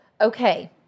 Okay